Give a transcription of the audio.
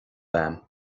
agam